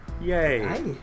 Yay